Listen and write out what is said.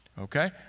Okay